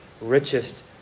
richest